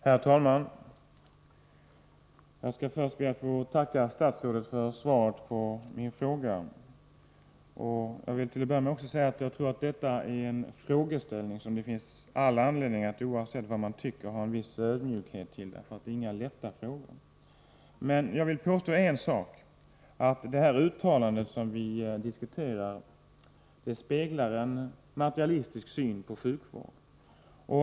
Herr talman! Först ber jag att få tacka statsrådet för svaret på min fråga. Jag tror att det finns all anledning, oavsett vad man tycker, att visa en viss ödmjukhet inför denna frågeställning. Frågor i detta sammanhang är ju inga lätta frågor. Jag vill dock påstå en sak: det uttalande som vi nu diskuterar speglar en materialistisk syr på sjukvården.